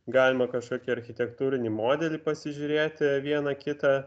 galima kažkokį architektūrinį modelį pasižiūrėti vieną kitą